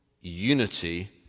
unity